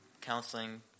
counseling